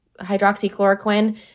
hydroxychloroquine